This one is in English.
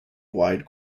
wide